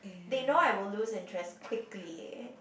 they know I will lose interest quickly